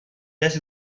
just